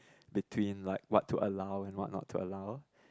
between like what to allow and what not to allow